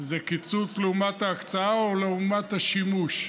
זה קיצוץ לעומת ההקצאה או לעומת השימוש?